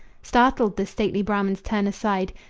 startled, the stately brahmans turn aside.